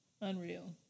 unreal